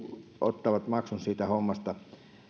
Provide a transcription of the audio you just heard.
ottaa maksun siitä hommasta